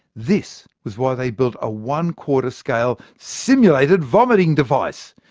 this was why they built a one-quarter scale simulated vomiting device,